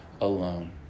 alone